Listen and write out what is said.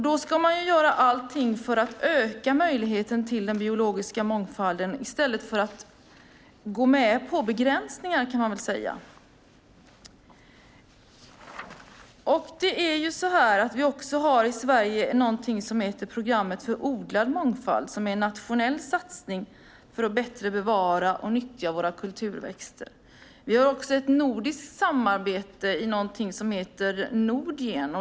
Då ska man göra allting för att öka möjligheten till biologisk mångfald i stället för att gå med på begränsningar. Vi har i Sverige någonting som heter Programmet för odlad mångfald. Det är en nationell satsning för att bättre bevara och nyttja våra kulturväxter. Vi har också ett nordiskt samarbete i någonting som heter Nordgen.